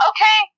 Okay